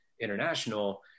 international